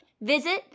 visit